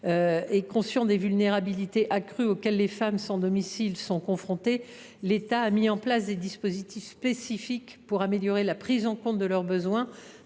que, conscient des vulnérabilités accrues auxquelles les femmes sans domicile sont confrontées, l’État a mis en place des dispositifs spécifiques pour améliorer la prise en compte de leurs besoins